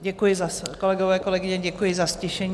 Děkuji, kolegové, kolegyně, děkuji za ztišení.